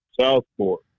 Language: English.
Southport